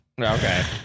Okay